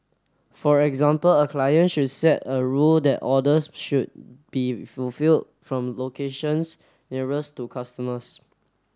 for example a client should set a rule that orders should be fulfilled from locations nearest to customers